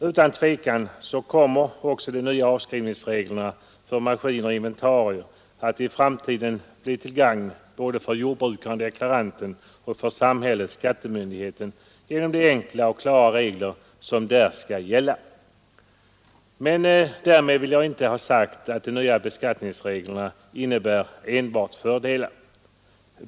Utan tvivel kommer också de nya avskrivningsreglerna för maskiner och inventarier att i framtiden bli till gagn både för jordbrukaren-deklaranten och för samhället-skattemyndigheten genom de enkla och klara regler som där skall gälla. Därmed vill jag emellertid inte ha sagt att de nya beskattningsreglerna innebär enbart fördelar.